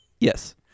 Yes